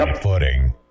footing